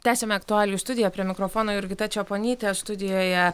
tęsiame aktualijų studiją prie mikrofono jurgita čeponytė studijoje